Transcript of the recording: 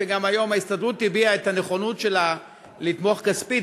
ראינו שגם היום ההסתדרות הביעה את הנכונות שלה לתמוך כספית,